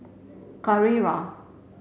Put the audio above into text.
Carrera